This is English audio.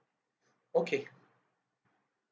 okay